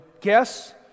guess